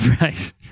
right